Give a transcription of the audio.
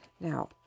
Now